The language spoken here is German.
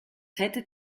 hättet